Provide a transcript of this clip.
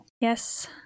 Yes